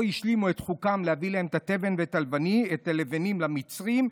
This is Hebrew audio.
השלימו את חוקם להביא להם את התבן ואת הלבנים למצרים,